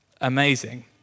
amazing